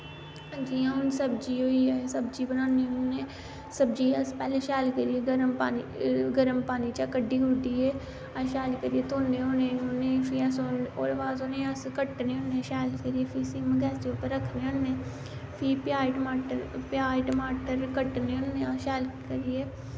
जियां हून सब्जी होई सब्जी बनान्ने होन्ने सब्जी गी पैह्लैं अस शैल करियै गर्म पानी चा क'ड्डी कुड्डियै अस शैल करियै धोन्ने होन्ने उनें फ्ही अस ओह्दे बाद उनें अस कट्टने होने शैल करियै फ्ही सिम गैसे उप्पर रक्खने होन्ने फ्ही प्याज टमाटर प्याज टमाटर कट्टने होन्ने आं शैल करियै